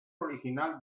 original